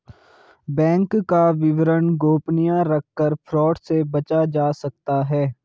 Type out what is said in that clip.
bank का विवरण गोपनीय रखकर फ्रॉड से बचा जा सकता है